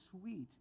sweet